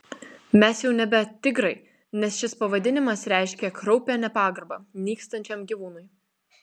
mes jau nebe tigrai nes šis pavadinimas reiškia kraupią nepagarbą nykstančiam gyvūnui